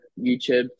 youtube